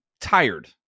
tired